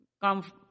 come